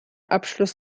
abschluss